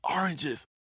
oranges